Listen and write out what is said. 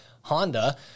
Honda